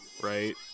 right